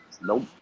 Nope